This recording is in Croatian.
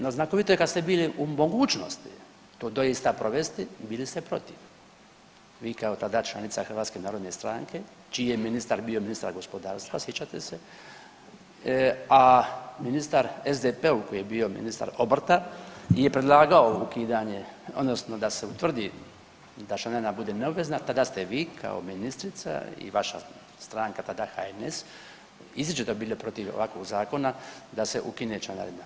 No znakovito je kad ste bili u mogućnosti to doista provesti, bili ste protiv vi kao tada članica HNS-a čiji je ministar bio ministar gospodarstva, sjećate se, a ministar SDP-ov koji je bio ministar obrta je predlagao ukidanje odnosno da se utvrdi da članarina bude neobvezna tada ste vi kao ministrica i vaša stranka tada HNS izričito bili protiv ovakvog zakona da se ukine članarina.